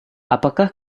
apakah